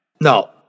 No